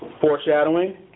Foreshadowing